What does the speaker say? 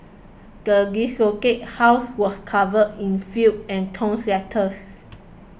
the desolated house was covered in filth and torn letters